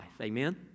Amen